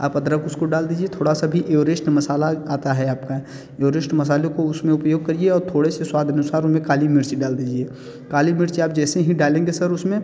आप अदरक उसको डाल दीजिए थोड़ा सा भी एवरेस्ट मसाला आता है आपका एवरेस्ट मसाले को उसमें उपयोग करिए और थोड़े से स्वाद अनुसार उसमें काली मिर्च डाल दीजिए काली मिर्च आप जैसे ही डालेंगे सर उसमें